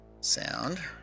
Sound